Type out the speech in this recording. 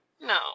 No